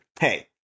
Hey